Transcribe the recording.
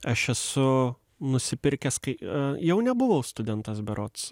aš esu nusipirkęs kai jau nebuvau studentas berods